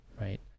Right